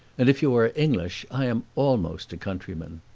and if you are english i am almost a countryman.